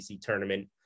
tournament